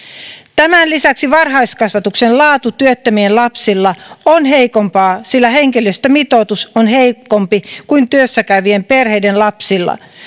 tämän lisäksi varhaiskasvatuksen laatu työttömien lapsilla on heikompaa sillä henkilöstömitoitus on heikompi kuin työssä käyvien perheiden lapsilla